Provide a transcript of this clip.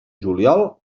juliol